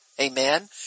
Amen